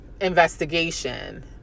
investigation